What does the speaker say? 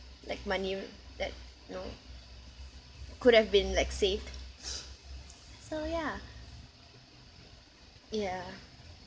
like money that you know could have been like saved so yeah yeah